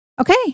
Okay